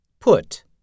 put